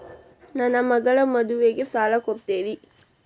ನನ್ನ ಮಗಳ ಮದುವಿಗೆ ಸಾಲ ಕೊಡ್ತೇರಿ?